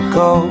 go